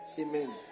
Amen